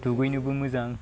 दुगैनोबो मोजां